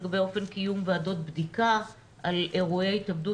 לגבי אופן קיום ועדות בדיקה על אירועי התאבדות